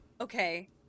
Okay